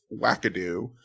wackadoo